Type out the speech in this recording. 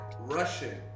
Russian